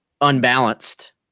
unbalanced